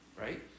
right